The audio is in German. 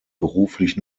beruflich